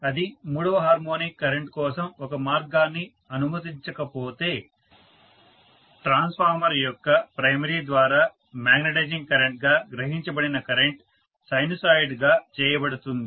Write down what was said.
అది మూడవ harmonic current కోసం ఒక మార్గాన్ని అనుమతించకపోతే ట్రాన్స్ఫార్మర్ యొక్క ప్రైమరీ ద్వారా మాగ్నెటైజింగ్ కరెంట్గా గ్రహించబడిన కరెంట్ సైనుసోయిడ్గా చేయబడుతుంది